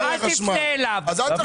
המשפחה של ראש הממשלה לשעבר